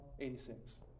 86